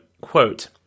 quote